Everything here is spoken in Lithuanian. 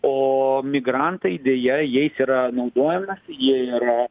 o migrantai deja jais yra naudojamasi jie yra